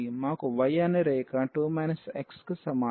మాకు y అనే రేఖ 2 x కి సమానం